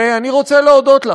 ואני רוצה להודות לך,